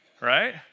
Right